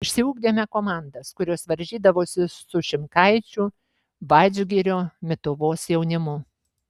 išsiugdėme komandas kurios varžydavosi su šimkaičių vadžgirio mituvos jaunimu